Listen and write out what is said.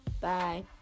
Bye